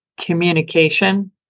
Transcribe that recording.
communication